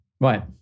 Right